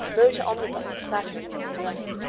motor omnibuses clattering and smelling,